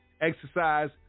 Exercise